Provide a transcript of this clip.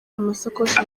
amasakoshi